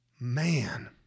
Man